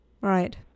Right